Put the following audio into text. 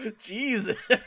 Jesus